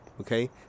Okay